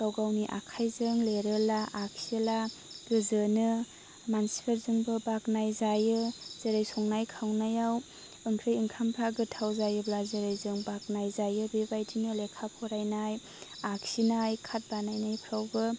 गाव गावनि आखाइजों लिरोला आखियोला गोजोनो मानसिफोरजोंबो बाखनाय जायो जेरै संनाय खावनायाव ओंख्रि ओंखामफ्रा गोथाव जायोब्ला जेरै जों बाखनाय जायो बेबायदिनो लेखा फरायनाय आखिनाय कार्ड बानायनायफ्रावबो